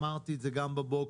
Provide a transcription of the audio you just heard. אמרתי את זה גם בבוקר,